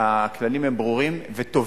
והכללים הם ברורים וטובים.